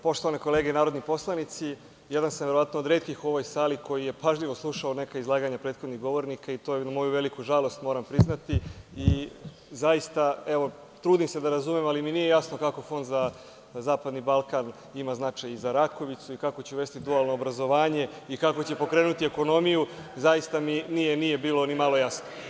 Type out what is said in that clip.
Poštovane kolege narodni poslanici, jedan sam od retkih u ovoj sali koji je pažljivo slušao izlaganja prethodnih govornika i to je na moju veliku žalost, moram priznati i zaista trudim se da razumem, ali mi nije jasno kako Fond za zapadni Balkan ima značaj i za Rakovicu i kako će uvesti dualno obrazovanje i kako će pokrenuti ekonomiju, zaista mi nije bilo ni malo jasno.